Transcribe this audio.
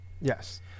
Yes